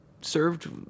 served